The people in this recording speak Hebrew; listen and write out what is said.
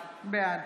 בעד